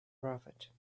prophet